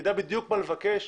ידע בדיוק מה לבקש,